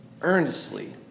earnestly